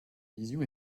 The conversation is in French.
vision